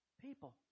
people